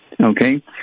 Okay